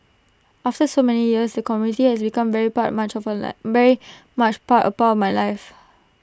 after so many years the community has become very part much of A life very much part upon my life